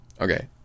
Okay